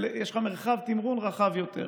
יש לך מרחב תמרון רחב יותר,